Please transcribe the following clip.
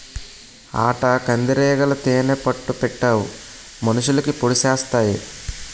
ఆటకందిరీగలు తేనే పట్టు పెట్టవు మనుషులకి పొడిసెత్తాయి